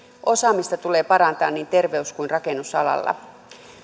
osaamista tulee parantaa niin terveys kuin rakennusalalla